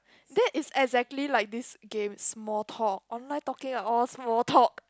that is exactly like this game small talk online talking are all small talk